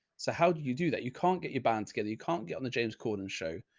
so how do you do that? you can't get your band together. you can't get on the james corden show.